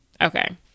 Okay